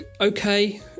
okay